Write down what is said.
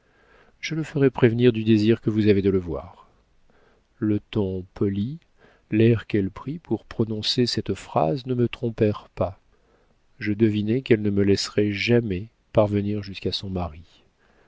je le ferai prévenir du désir que vous avez de le voir le ton poli l'air qu'elle prit pour prononcer cette phrase ne me trompèrent pas je devinai qu'elle ne me laisserait jamais parvenir jusqu'à son mari